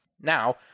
Now